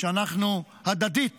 שבו אנחנו הדדית